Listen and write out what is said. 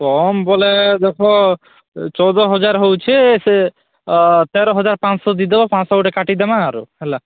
କମ୍ ବୋଲେ ଦେଖ ଓ ଚଉଦ ହଜାର ହେଉଛି ସେ ତେର ହଜାର ପାଞ୍ଚଶହ ଦେଇଦବ ପାଞ୍ଚଶହ ଗୋଟେ କାଟିଦେମା ଆରୁ ହେଲା